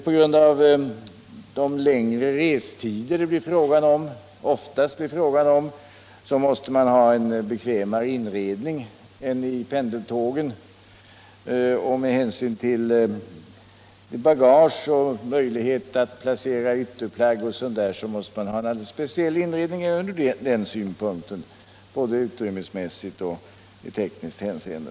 På grund av de längre restider det oftast blir fråga om måste man också ha en bekvämare inredning, och med hänsyn till kraven på möjlighet att placera bagage och ytterplagg i vagnen krävs dessutom en alldeles speciell inredning från den synpunkten, både utrymmesmässigt och i tekniskt hänseende.